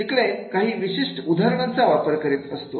तिकडे काही विशिष्ट उदाहरणांचा वापर करीत असतो